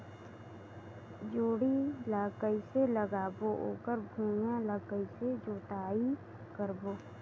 जोणी ला कइसे लगाबो ओकर भुईं ला कइसे जोताई करबो?